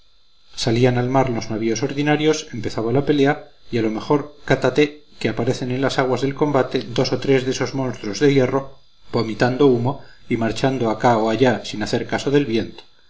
salían al mar los navíos ordinarios empezaba la pelea y a lo mejor cátate que aparecen en las aguas del combate dos o tres de esos monstruos de hierro vomitando humo y marchando acá o allá sin hacer caso del viento